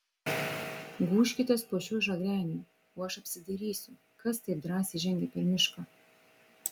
gūžkitės po šiuo žagreniu o aš apsidairysiu kas taip drąsiai žengia per mišką